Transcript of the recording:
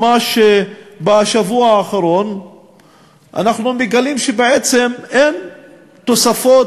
ממש בשבוע האחרון אנחנו מגלים שבעצם אין תוספות